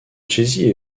jessie